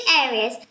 areas